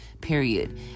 Period